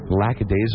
lackadaisical